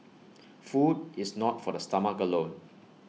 food is not for the stomach alone